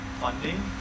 funding